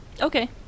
Okay